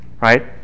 Right